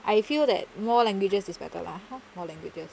I feel that more languages is better lah more languages